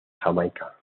jamaica